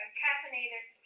caffeinated